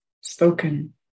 spoken